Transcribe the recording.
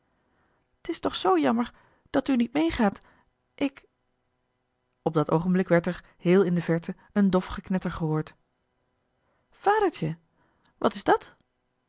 t is toch zoo jammer dat u niet meegaat ik op dit oogenblik werd er heel in de verte een dof geknetter gehoord vadertje wat is dat